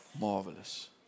Marvelous